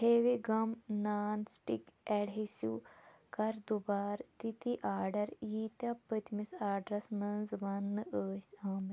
Fevi gum non stick adhesive کَر دُبارٕ تِتی آرڈر ییٖتیٚاہ پٔتمِس آرڈَس مَنٛز وننہٕ ٲسۍ آمٕتۍ